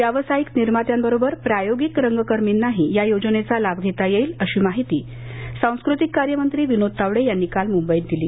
व्यावसायिक निर्मात्यांबरोबर प्रायोगिक रंगकर्मींनाही या योजनेचा लाभ घेता येईल अशी माहिती सांस्कृतिक कार्यमंत्री विनोद तावडे यांनी काल मुंबईत दिली